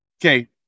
okay